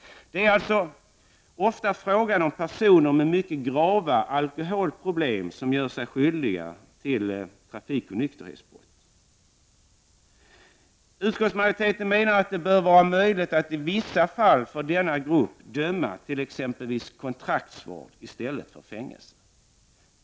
Det är ofta personer med mycket grava alkoholproblem som gör sig skyldiga till trafikonykterhetsbrott. Utskottsmajoriteten menar att det bör vara möjligt att i vissa fall när det gäller denna grupp döma till exempelvis kontraktsvård i stället för fängelse.